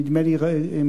נדמה לי,